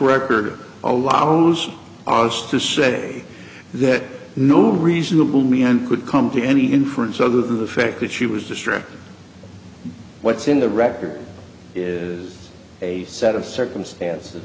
record allows ours to say that no reasonable man could come to any inference other than the fact that she was district what's in the record is a set of circumstances